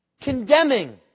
condemning